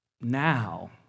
now